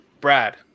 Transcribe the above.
Brad